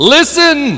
Listen